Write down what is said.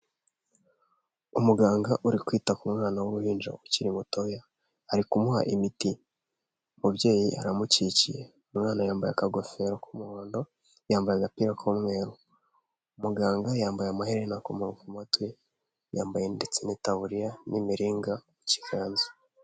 Umuganga uri kwita ku mwana w'uruhinja ukiri mutoya ari kumuha imiti. Umubyeyi aramukikiye. Umwana yambaye akagofero k'umuhondo, yambaye agapira k'umweru. Muganga yambaye amaherena ku matwi yambaye ndetse n'itaburiya n'imiringa ku kiganza.